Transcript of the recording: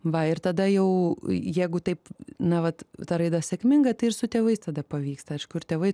va ir tada jau jeigu taip na vat ta raida sėkminga tai ir su tėvais tada pavyksta aišku ir tėvai